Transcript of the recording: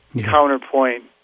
counterpoint